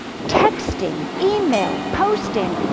texting, email, posting,